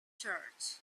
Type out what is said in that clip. church